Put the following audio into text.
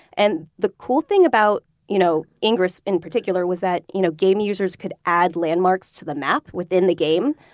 and the cool thing about you know ingress, in particular, was that you know game users could add landmarks to the map within the game.